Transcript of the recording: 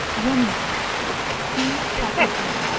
journiac see chapter three.